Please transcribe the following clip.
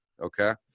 Okay